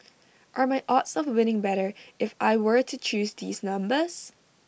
are my odds of winning better if I were to choose these numbers